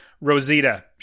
Rosita